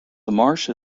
marsh